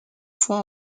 fois